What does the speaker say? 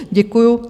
Děkuju.